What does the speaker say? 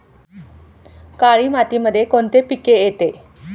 काळी मातीमध्ये कोणते पिके येते?